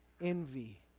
Envy